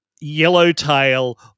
Yellowtail